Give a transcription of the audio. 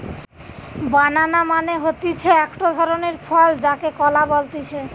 বানানা মানে হতিছে একটো ধরণের ফল যাকে কলা বলতিছে